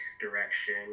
direction